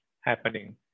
happening